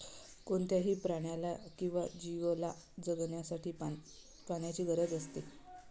कोणत्याही प्राण्याला किंवा जीवला जगण्यासाठी पाण्याची गरज असते